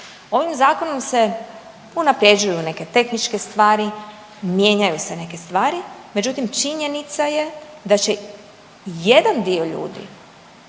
Ovim zakonom se unaprjeđuju neke tehničke stvari, mijenjaju se neke stvari, međutim činjenica je da će jedan dio ljudi